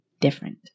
different